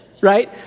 right